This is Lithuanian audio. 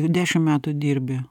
dešim metų dirbi